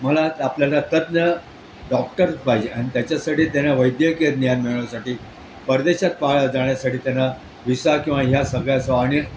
मला आपल्याला तज्ज्ञ डॉक्टरच पाहिजे आणि त्याच्यासाठी त्यांना वैद्यकीय ज्ञान मिळण्यासाठी परदेशात पाळा जाण्यासाठी त्यांना विसा किंवा ह्या सगळ्या सह आणि